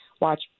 watch